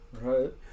right